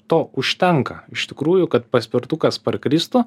to užtenka iš tikrųjų kad paspirtukas parkristų